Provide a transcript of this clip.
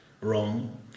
wrong